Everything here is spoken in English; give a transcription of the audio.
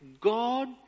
God